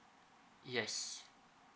yes